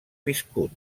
viscut